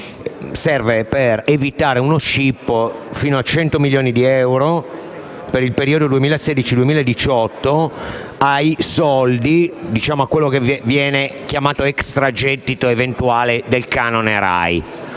serve per evitare uno scippo fino a 100 milioni di euro, per il periodo 2016-2018, a quello viene chiamato extragettito eventuale del canone RAI.